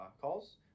calls